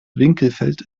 winkelfeld